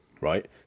Right